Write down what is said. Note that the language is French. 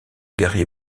gary